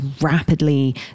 rapidly